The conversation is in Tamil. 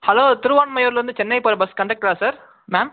ஹலோ திருவான்மியூர்லேருந்து சென்னை போகிற பஸ் கண்டெக்டரா சார் மேம்